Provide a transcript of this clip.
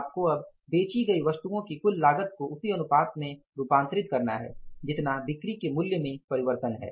आपको अब बेची गई वस्तुओं की कुल लागत को उसी अनुपात में रूपांतरित करना है जितना बिक्री के मूल्य में परिवर्तन है